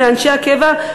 לאנשי הקבע,